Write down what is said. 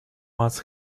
must